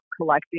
collecting